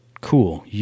cool